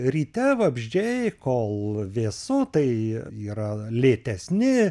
ryte vabzdžiai kol vėsu tai yra lėtesni